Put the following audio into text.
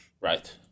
Right